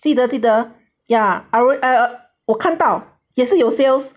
记得记得 ya I err 看到也是有 sales